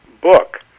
book